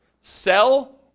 sell